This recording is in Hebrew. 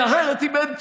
כי אחרת, אם אין צופים,